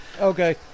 Okay